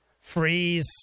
freeze